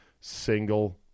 single